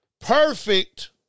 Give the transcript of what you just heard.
perfect